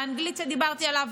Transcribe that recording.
האנגלית שדיברתי עליה,